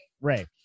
Ray